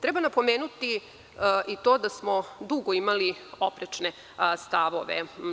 Treba napomenuti i to da smo dugo imali oprečne stavove.